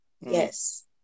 yes